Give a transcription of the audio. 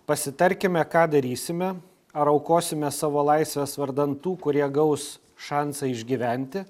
pasitarkime ką darysime ar aukosime savo laisves vardan tų kurie gaus šansą išgyventi